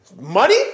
Money